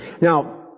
Now